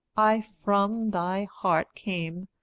i from thy heart came,